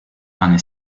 pane